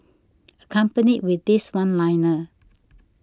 accompanied with this one liner